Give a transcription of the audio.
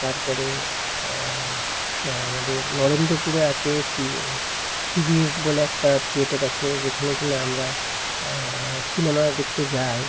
তার পরে আমাদের নরেন্দ্রপুরে আছে সি সিভি বলে একটা থিয়েটার আছে যেখানে কিনা আমরা সিনেমা দেখতে যাই